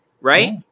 right